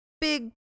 big